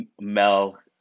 Mel